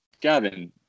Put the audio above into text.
Gavin